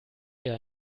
eher